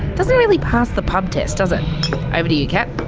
doesn't really pass the pub test, does it? over to you kat.